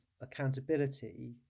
accountability